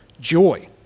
Joy